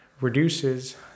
reduces